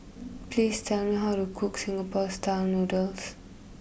please tell me how to cook Singapore style Noodles